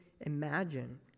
imagine